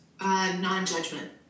non-judgment